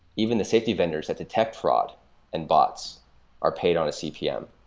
even the safety vendors that detect fraud and bots are paid on a cpm.